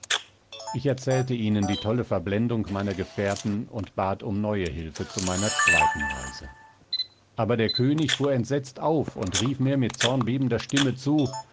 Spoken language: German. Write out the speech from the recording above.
ich erzählte ihnen die tolle verblendung meiner gefährten und bat um neue hilfe zu meiner zweiten reise aber der könig fuhr entsetzt auf und rief mir mit zornbebender stimme zu